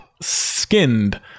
skinned